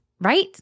right